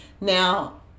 Now